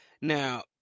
Now